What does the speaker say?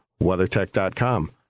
WeatherTech.com